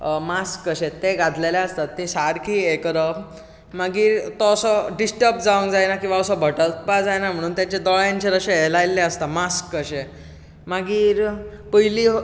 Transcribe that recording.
mask कशें तें घातलेलें आसता तें सारके हें करप मागीर तो असो डिस्टर्ब जावंक जायना किंवा असो भटकपा जायना म्हणुन तेजे दोळ्यांचेर अशें हें लायल्लें आसता मास्क कशें मागीर पयलीं